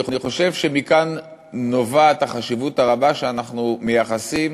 אני חושב שמכאן נובעת החשיבות הרבה שאנחנו מייחסים